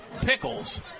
Pickles